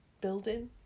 building